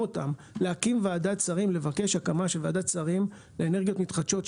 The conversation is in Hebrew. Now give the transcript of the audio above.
הצענו לשרה להקים וועדת שרים לאנרגיות מתחדשות,